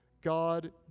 God